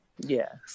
Yes